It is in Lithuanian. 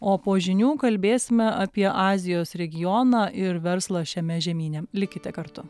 o po žinių kalbėsime apie azijos regioną ir verslą šiame žemyne likite kartu